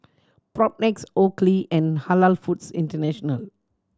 Propnex Oakley and Halal Foods International